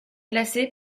classée